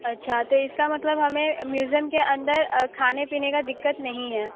अच्छा तो इसका मतलब हमें म्यूज़ियम के अंदर खाने पीने का दिक्कत नहीं है